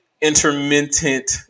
intermittent